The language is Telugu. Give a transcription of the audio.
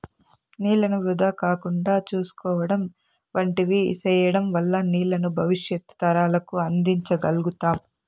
నీళ్ళను వృధా కాకుండా చూసుకోవడం వంటివి సేయడం వల్ల నీళ్ళను భవిష్యత్తు తరాలకు అందించ గల్గుతాం